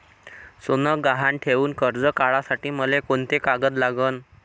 सोनं गहान ठेऊन कर्ज काढासाठी मले कोंते कागद लागन?